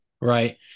Right